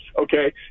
Okay